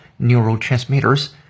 neurotransmitters